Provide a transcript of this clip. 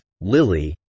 Lily